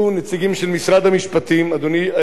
אדוני השר,